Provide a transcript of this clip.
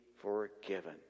forgiven